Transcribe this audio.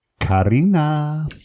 Karina